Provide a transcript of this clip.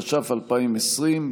התש"ף 2020,